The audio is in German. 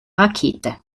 rakete